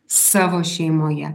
savo šeimoje